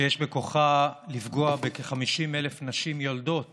שיש בכוחה לפגוע ב-50,000 נשים יולדות